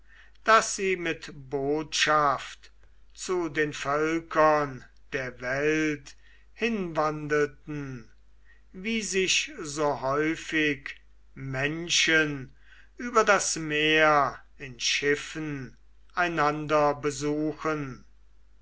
daß sie mit botschaft zu den völkern der welt hinwandelten wie sich so häufig menschen über das meer in schiffen einander besuchen